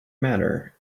matter